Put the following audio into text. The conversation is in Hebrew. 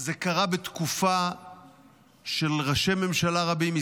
זה קרה בתקופה של ראשי ממשלה רבים.